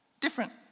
Different